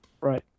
Right